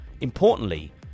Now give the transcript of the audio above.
Importantly